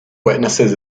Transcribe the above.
witnesses